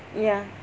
ya